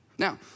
Now